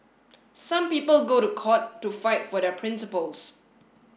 some people go to court to fight for their principles